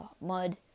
mud